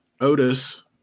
Otis